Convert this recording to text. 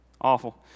Awful